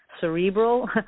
cerebral